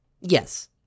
Yes